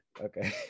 Okay